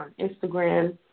Instagram